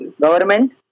government